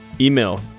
email